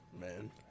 Man